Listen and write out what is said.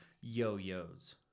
yo-yos